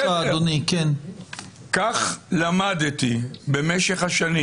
כך למדתי במשך השנים,